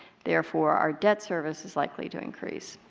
therefore, our debt service is likely to increase.